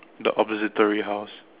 the observatory house